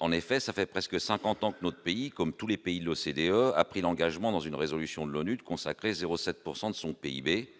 En effet, ça fait presque 50 ans que notre pays, comme tous les pays de l'OCDE a pris l'engagement, dans une résolution de l'ONU de consacrer 0 7 pourcent de son PIB